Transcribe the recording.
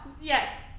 Yes